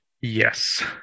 Yes